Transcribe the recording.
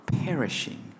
perishing